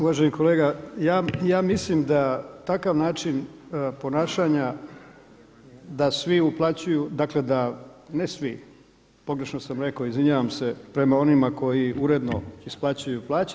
Uvaženi kolega ja mislim da takav način ponašanja da svi uplaćuju dakle, ne svim, pogrešno sam rekao izvinjavam se prema onima koji uredno isplaćuju plaće.